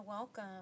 Welcome